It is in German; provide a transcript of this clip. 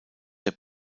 der